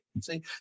See